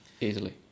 Easily